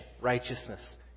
righteousness